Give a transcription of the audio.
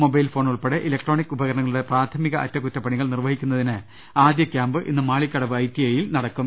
mobile phone ഉൾപ്പെടെ electronic ഉപകരണങ്ങളുടെ പ്രാഥമിക അറ്റകുറ്റപ്പണികൾ നിർവ്വഹിക്കുന്നതിന് ആദ്യ ക്യാമ്പ് ഇന്ന് മാളിക്കടവ് ഐടിഐയിൽ നടക്കും